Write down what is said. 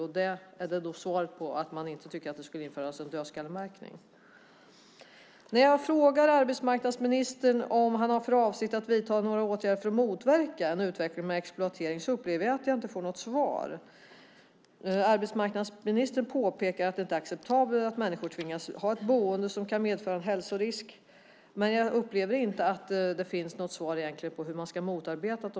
Är det då svar på att man inte tycker att det ska införas dödskallemärkning? Jag har också frågat arbetsmarknadsministern om han har för avsikt att vidta några åtgärder för att motverka en utveckling med exploatering. Men jag upplever att jag inte har fått något svar. Arbetsmarknadsministern påpekade att det inte är acceptabelt att människor tvingas ha ett boende som kan medföra hälsorisk, men jag upplever inte att jag fick ett svar på hur utnyttjandet ska motarbetas.